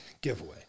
giveaway